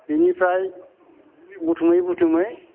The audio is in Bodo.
बिनिफ्राय बुथुमै बुथुमै